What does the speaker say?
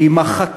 כי היא מחקה,